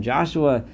Joshua